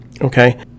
Okay